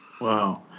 Wow